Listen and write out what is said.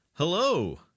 Hello